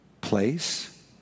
place